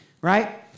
right